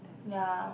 ya